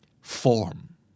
Form